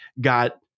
got